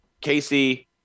Casey